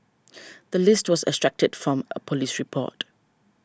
the list was extracted from a police report